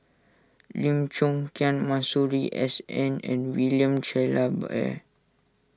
Lim Chong Masuri S N and William